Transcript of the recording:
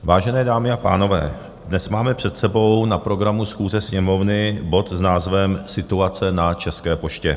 Vážené dámy a pánové, dnes máme před sebou na programu schůze Sněmovny bod s názvem Situace na České poště.